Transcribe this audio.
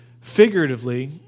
figuratively